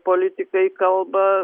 politikai kalba